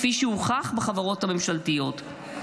כפי שהוכח בחברות הממשלתיות.